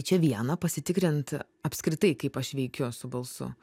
čia viena pasitikrint apskritai kaip aš veikiu su balsu